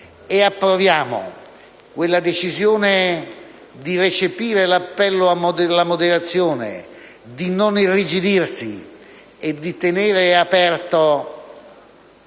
approviamo la decisione di recepire l'appello alla moderazione, di non irrigidirsi e di tenere aperto quello che